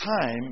time